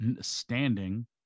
standing